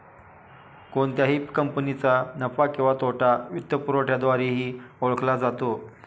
कोणत्याही कंपनीचा नफा किंवा तोटा वित्तपुरवठ्याद्वारेही ओळखला जातो